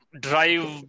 drive